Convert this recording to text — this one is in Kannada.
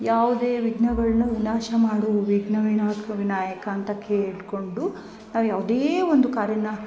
ಯಾವುದೇ ವಿಘ್ನಗಳ್ನು ವಿನಾಶ ಮಾಡು ವಿಘ್ನ ವಿನಾಕ ವಿನಾಯಕ ಅಂತ ಕೇಳಿಕೊಂಡು ನಾವು ಯಾವುದೇ ಒಂದು ಕಾರ್ಯನ